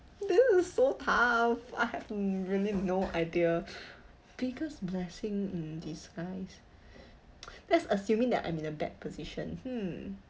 this is so tough I have really no idea biggest blessing in disguise that's assuming that I'm in a bad position hmm